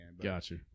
Gotcha